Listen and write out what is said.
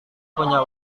punya